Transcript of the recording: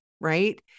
right